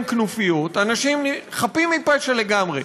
כנופיות נפגעים אנשים חפים מפשע לגמרי.